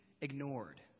ignored